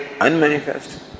unmanifest